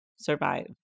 survive